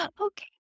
okay